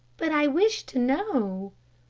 but i wish to know.